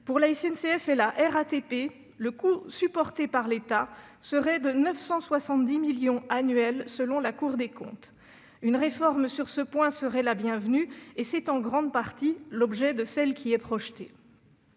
Pour la SNCF et la RATP, le coût supporté par l'État s'élèverait à 970 millions d'euros annuels, selon la Cour des comptes. Une réforme sur ce point serait la bienvenue, et c'est en grande partie l'objet de celle qui est projetée.